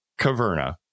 Caverna